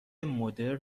مدرن